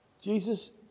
Jesus